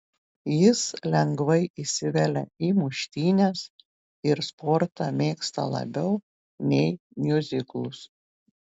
jis lengvai įsivelia į muštynes ir sportą mėgsta labiau nei miuziklus